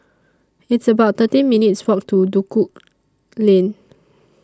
It's about thirteen minutes' Walk to Duku Lane